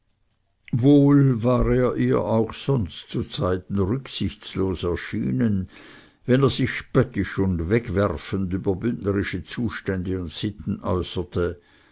wohl war er ihr auch sonst zuzeiten rücksichtslos erschienen wenn er sich spöttisch und wegwerfend über bündnerische zustände und sitten äußerte